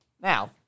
Now